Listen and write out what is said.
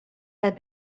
had